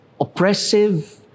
oppressive